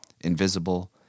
invisible